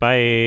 Bye